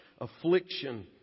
affliction